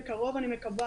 בקרוב אני מקווה,